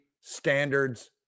standards